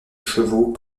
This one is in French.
chevaux